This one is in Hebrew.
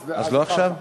אז לא עכשיו?